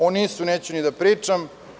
O NIS neću ni da pričam.